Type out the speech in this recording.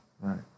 Right